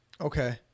Okay